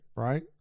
right